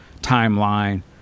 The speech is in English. timeline